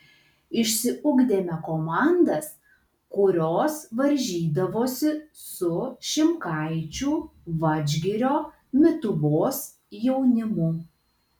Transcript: išsiugdėme komandas kurios varžydavosi su šimkaičių vadžgirio mituvos jaunimu